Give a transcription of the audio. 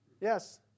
Yes